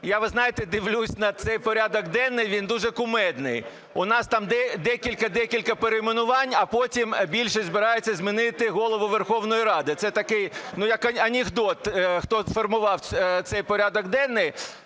Але ви знаєте, я дивлюсь на цей порядок денний, він дуже кумедний. У нас там декілька-декілька перейменувань, а потім більшість збирається змінити Голову Верховної Ради. Це такий як анекдот. Хто формував цей порядок денний?